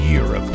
Europe